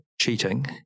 cheating